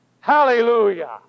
Hallelujah